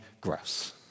gross